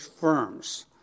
firms